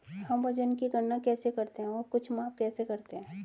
हम वजन की गणना कैसे करते हैं और कुछ माप कैसे करते हैं?